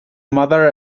mother